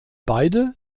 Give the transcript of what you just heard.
beide